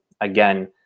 Again